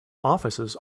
offices